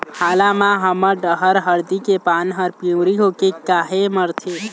हाल मा हमर डहर हरदी के पान हर पिवरी होके काहे मरथे?